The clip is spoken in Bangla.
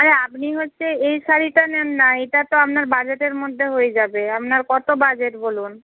আরে আপনি হচ্ছে এই শাড়িটা নিন না এটা তো আপনার বাজেটের মধ্যে হয়ে যাবে আপনার কত বাজেট বলুন